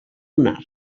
lunar